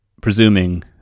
presuming